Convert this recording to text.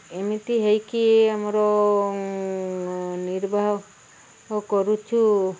ଏମିତି ହେଇକି ଆମର ନିର୍ବାହ କରୁଛୁ